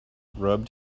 rubbed